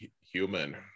human